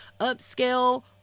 upscale